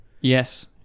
Yes